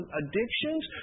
addictions